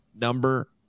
number